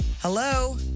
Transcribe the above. Hello